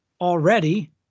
already